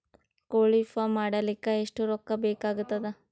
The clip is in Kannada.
ಕೋಳಿ ಫಾರ್ಮ್ ಮಾಡಲಿಕ್ಕ ಎಷ್ಟು ರೊಕ್ಕಾ ಬೇಕಾಗತದ?